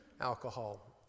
alcohol